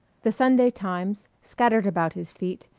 the sunday times, scattered about his feet,